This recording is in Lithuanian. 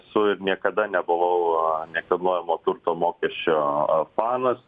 su ir niekada nebuvau nekilnojamo turto mokesčio a fanas